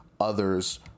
others